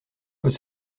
peut